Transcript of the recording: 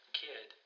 kid